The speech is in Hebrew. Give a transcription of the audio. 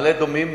מעלה-אדומים,